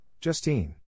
Justine